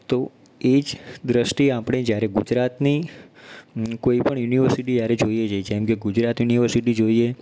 તો એ જ દૃષ્ટિએ આપણે જયારે ગુજરાતની કોઈ પણ યુનિવર્સિટી જયારે જોઇએ છીએ જેમ કે ગુજરાત યુનિવર્સિટી જોઇએ